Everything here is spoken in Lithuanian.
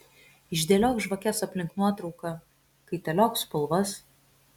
išdėliok žvakes aplink nuotrauką kaitaliok spalvas